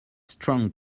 strong